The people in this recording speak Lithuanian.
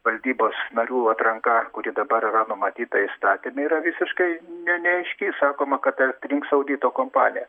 valdybos narių atranka kuri dabar yra numatyta įstatyme yra visiškai ne neaiški sakoma kad atrinks audito kompanija